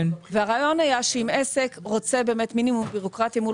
הרעיון היה שאם עסק רוצה מינימום בירוקרטיה מול